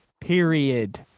Period